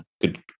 good